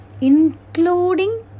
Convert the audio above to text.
including